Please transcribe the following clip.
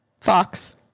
Fox